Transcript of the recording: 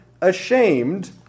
ashamed